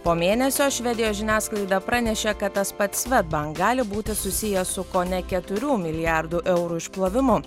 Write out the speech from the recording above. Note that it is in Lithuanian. po mėnesio švedijos žiniasklaida pranešė kad tas pats svedbank gali būti susijęs su kone keturių milijardų eurų išplovimu